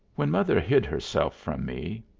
when mother hid herself from me,